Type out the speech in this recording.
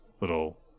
little